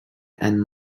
and